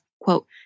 quote